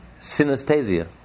Synesthesia